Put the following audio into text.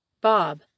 Bob